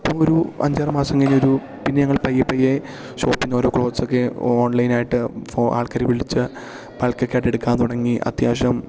അപ്പം ഒരു അഞ്ചാറ് മാസം കഴിഞ്ഞൊരു പിന്നെ ഞങ്ങൾ പയ്യെപ്പയ്യേ ഷോപ്പിൽനിന്ന് ഓരോ ക്ലോത്സ് ഒക്കെ ഓൺലൈൻ ആയിട്ട് ആൾക്കാരെ വിളിച്ച് ബൾക്കൊക്കെ ആയിട്ട് എടുക്കാൻ തുടങ്ങി അത്യാവശ്യം